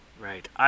Right